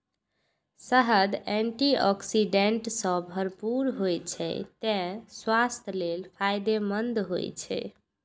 शहद antioxidant सं भरपूर होइ छै, तें स्वास्थ्य लेल फायदेमंद होइ छै